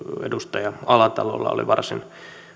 edustaja alatalolla oli varsin